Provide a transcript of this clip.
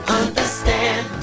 understand